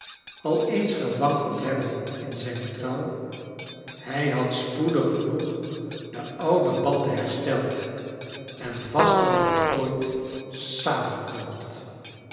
al eens gewankeld hebben in zijn trouw hij had spoedig genoeg de oude banden hersteld en vaster dan ooit